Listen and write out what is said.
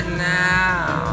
now